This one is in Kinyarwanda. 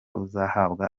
uzahabwa